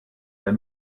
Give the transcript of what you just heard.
der